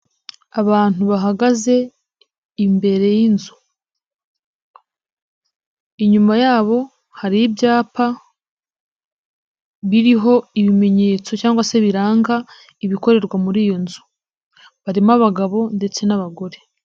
Abantu bahagaze imbere y'inzu. Inyuma yabo hari ibyapa biriho ibimenyetso cyangwa se biranga ibikorerwa muri iyo nzu . Barimo abagabo ndetse n'abagore.